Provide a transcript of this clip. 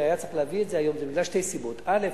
היה צריך להביא את זה היום בגלל שתי סיבות: א.